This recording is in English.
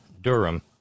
Durham